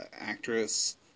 actress